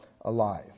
alive